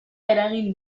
eragin